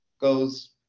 goes